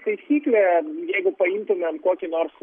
taisyklė jeigu paimtumėm kokį nors